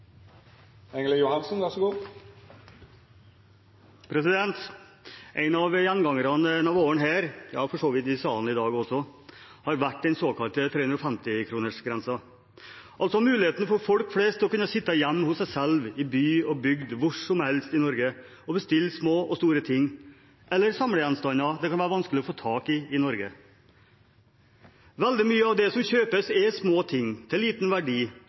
våren, og for så vidt i salen i dag også, har vært den såkalte 350-kronersgrensen – altså muligheten for folk flest til å kunne sitte hjemme hos seg selv, i by og bygd, hvor som helst i Norge, og bestille små og store ting eller samlegjenstander det kan være vanskelig å få tak i i Norge. Veldig mye av det som kjøpes, er små ting av liten verdi.